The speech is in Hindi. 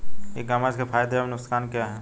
ई कॉमर्स के फायदे एवं नुकसान क्या हैं?